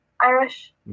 Irish